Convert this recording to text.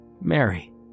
Mary